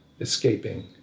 escaping